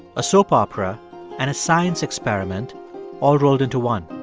a soap opera and a science experiment all rolled into one.